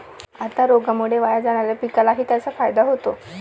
आता रोगामुळे वाया जाणाऱ्या पिकालाही त्याचा फायदा होतो